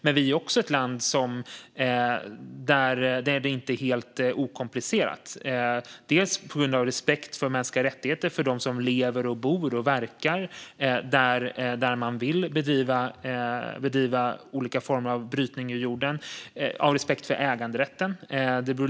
Vi är också ett land där det inte är helt okomplicerat, dels på grund av respekt för mänskliga rättigheter för dem som lever, bor och verkar där man vill bedriva olika former av brytning i jorden, dels av respekt för äganderätten.